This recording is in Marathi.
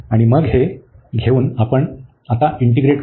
आणि मग हे घेऊन आपण आता इंटीग्रेट करू